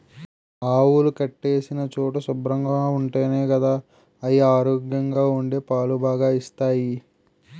ఆవులు కట్టేసిన చోటు శుభ్రంగా ఉంటేనే గదా అయి ఆరోగ్యంగా ఉండి పాలు బాగా ఇస్తాయి